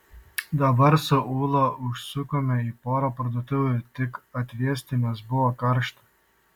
dabar su ūla užsukome į porą parduotuvių tik atvėsti nes buvo karšta